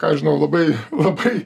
ką žinau labai labai